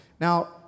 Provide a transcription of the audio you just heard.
Now